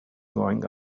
going